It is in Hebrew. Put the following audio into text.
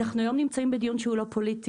אנחנו היום נמצאים בדיון שהוא לא פוליטי,